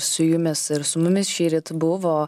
su jumis ir su mumis šįryt buvo